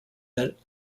that